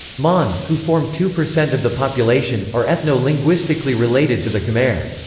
mon, who form two percent of the population, are ethno-linguistically related to the khmer.